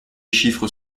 chiffres